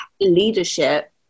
leadership